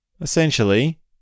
essentially